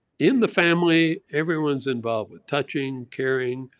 in the family everyone's involved with touching, caring,